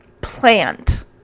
plant